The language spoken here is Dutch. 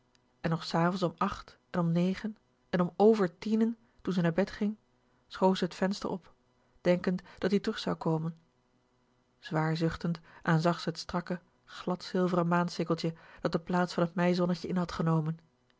en nog s avonds om acht en om negen en om over tienen toen ze na bed ging schoof ze t venster op denkend dat-ie terug zou kommen zwaar zuchtend aanzag ze t strakke glad zilveren maansikkeltje dat de plaats van t meizonnetje in had genomen